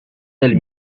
del